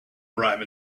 arrive